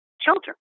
children